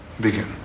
begin